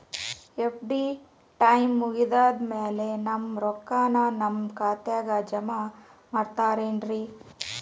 FD time ಮುಗಿದಾದ್ ಮ್ಯಾಲೆ ನಮ್ ರೊಕ್ಕಾನ ನಮ್ ಖಾತೆಗೆ ಜಮಾ ಮಾಡ್ತೇರೆನ್ರಿ?